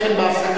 בהפסקה.